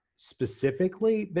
specifically,